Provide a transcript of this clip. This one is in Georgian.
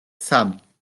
სამი